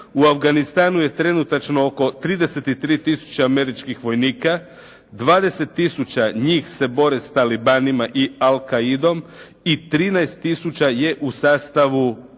U Afganistanu je trenutačno oko 33 tisuće američkih vojnika. 20 tisuća njih se bore s talibanima i Al'quaida-om i 13 tisuća je u sastavu